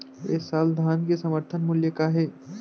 ए साल धान के समर्थन मूल्य का हे?